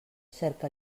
cerca